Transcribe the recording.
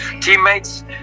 teammates